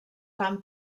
fan